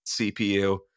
CPU